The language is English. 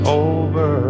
over